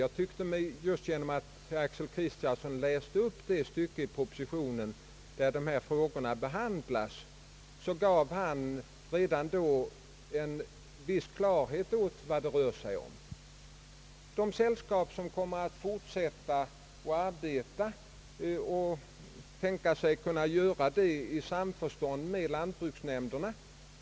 Jag tyckte att herr Kristiansson genom att läsa upp det stycke i propositionen där dessa frågor behandlas gav en viss klarhet åt vad det rör sig om beträffande de sällskap som kommer att fortsätta och som kan tänka sig arbeta i samförstånd med lantbruksnämnderna.